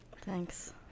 Thanks